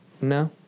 no